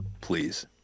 please